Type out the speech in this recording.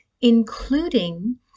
including